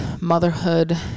motherhood